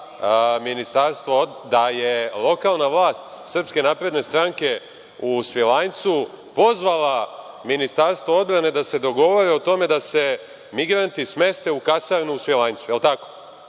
da je lokalna vlast SNS u Svilajncu pozvala Ministarstvo odbrane da se dogovore o tome da se migranti smeste u kasarnu u Svilajncu,